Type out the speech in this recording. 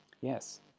Yes